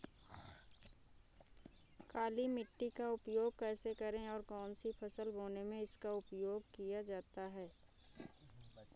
काली मिट्टी का उपयोग कैसे करें और कौन सी फसल बोने में इसका उपयोग किया जाता है?